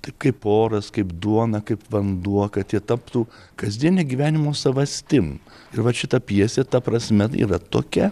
taip kaip oras kaip duona kaip vanduo kad jie taptų kasdienio gyvenimo savastim ir vat šita pjesė ta prasme yra tokia